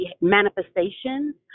manifestations